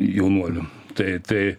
jaunuolių tai tai